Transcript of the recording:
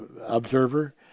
observer